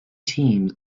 teams